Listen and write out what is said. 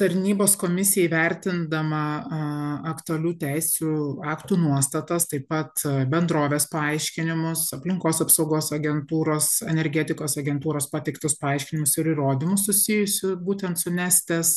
tarnybos komisija įvertindama a aktualių teisių aktų nuostatas taip pat bendrovės paaiškinimus aplinkos apsaugos agentūros energetikos agentūros pateiktus paaiškinimus ir įrodymus susijusių vat būtent su nestės